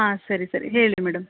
ಹಾಂ ಸರಿ ಸರಿ ಹೇಳಿ ರೀ ಮೇಡಮ್